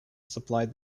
supplied